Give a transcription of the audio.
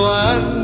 one